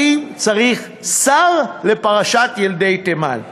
האם צריך שר לפרשת ילדי תימן?